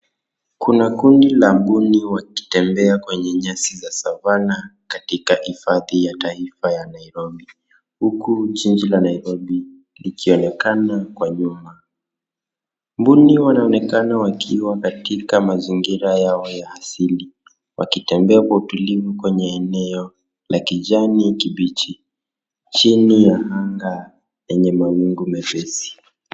Kuna kundi la mbuni wakitembea kwenye nyasi za savana katika hifadhi ya taifa ya Nairobi, huku jiji la nairobi likionekana kwa nyuma. Mbuni wanaonekana wakiwa katika mazingira yao ya asili, wakitembea kwa utulivu kwenye eneo la kijani kibichi, chini ya anga yenye mawingu mepesi.